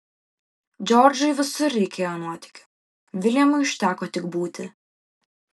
džordžui visur reikėjo nuotykių viljamui užteko tik būti